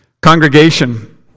congregation